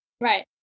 Right